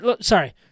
Sorry